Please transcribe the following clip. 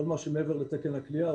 כל מה שמעבר לתקן הכליאה,